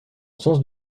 sens